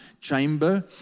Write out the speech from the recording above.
chamber